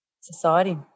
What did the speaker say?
society